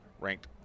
ranked